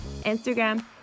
Instagram